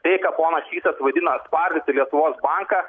tai ką ponas sysas vadina atspardyti lietuvos banką